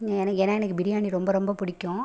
ஏன்னால் எனக்கு பிரியாணி ரொம்ப ரொம்ப பிடிக்கும்